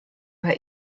war